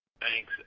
Thanks